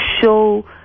show